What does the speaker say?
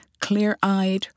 clear-eyed